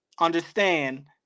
understand